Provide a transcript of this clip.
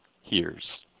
hears